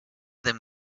them